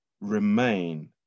remain